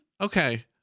okay